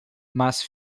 mas